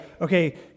okay